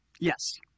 Yes